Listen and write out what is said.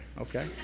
Okay